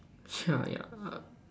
yeah yeah